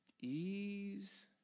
Ease